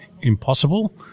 impossible